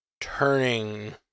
turning